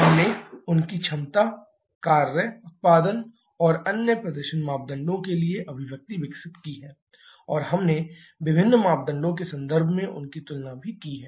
हमने उनकी क्षमता कार्य उत्पादन और अन्य प्रदर्शन मापदंडों के लिए अभिव्यक्ति विकसित की है और हमने विभिन्न मापदंडों के संदर्भ में उनकी तुलना भी की है